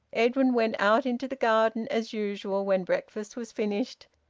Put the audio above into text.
edwin went out into the garden as usual when breakfast was finished,